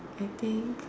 I think